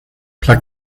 plug